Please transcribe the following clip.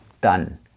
done